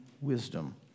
wisdom